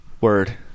Word